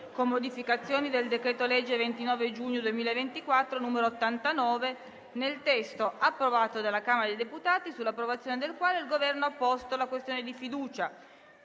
con modificazioni, del decreto-legge 29 giugno 2024, n. 89, nel testo approvato dalla Camera dei deputati, sull'approvazione del quale il Governo ha posto la questione di fiducia: